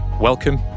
welcome